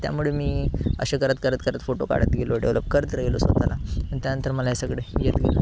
त्यामुळे मी असे करत करत फोटो काढत गेलो डेव्हलप करत गेलो स्वतःला आणि त्यानंतर मला हे सगळं येत गेलं